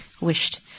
wished